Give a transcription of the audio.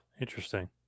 interesting